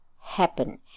happen